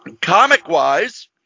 Comic-wise